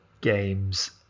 games